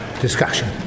discussion